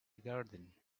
garden